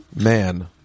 Man